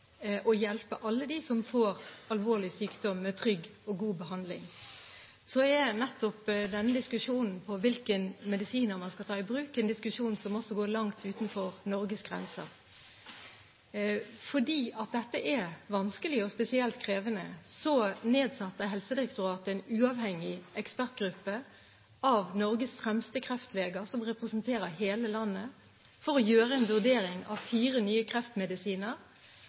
å hjelpe alle dem som får en alvorlig sykdom, med en trygg og god behandling. Så er jo denne diskusjonen, om hvilke medisiner man skal ta i bruk, nettopp en diskusjon som også går langt utenfor Norges grenser. Fordi dette er vanskelig og spesielt krevende, nedsatte Helsedirektoratet en uavhengig ekspertgruppe av Norges fremste kreftleger, som representerer hele landet, for å gjøre en vurdering av fire nye kreftmedisiner,